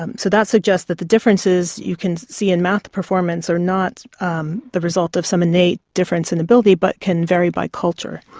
um so that suggests that the differences you can see in maths performance are not um the result of some innate difference in ability but can vary by culture.